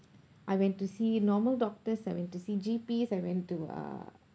I went to see normal doctors I went to see G_Ps I went to uh